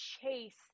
chase